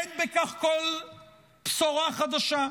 אין בכך כל בשורה חדשה.